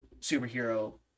superhero